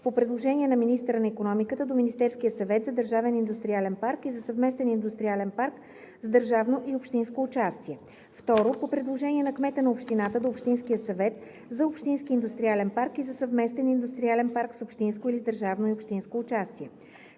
по предложение на министъра на икономиката до Министерския съвет – за държавен индустриален парк и за съвместен индустриален парк с държавно и общинско участие; 2. по предложение на кмета на общината до общинския съвет –за общински индустриален парк и за съвместен индустриален парк с общинско или с държавно и общинско участие;